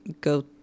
go